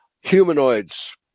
humanoids